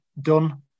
done